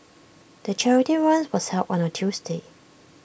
the charity run was held on A Tuesday